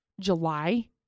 July